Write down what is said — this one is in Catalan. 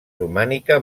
romànica